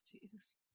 Jesus